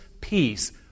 peace